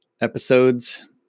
episodes